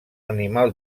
animal